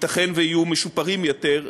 ייתכן שיהיו משופרים יותר.